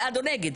בעד או נגד,